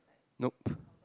nope